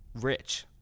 rich